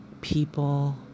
people